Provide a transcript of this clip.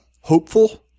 hopeful